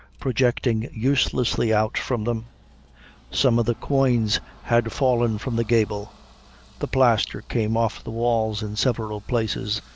projecting uselessly out from them some of the quoins had fallen from the gable the plaster came off the walls in several places,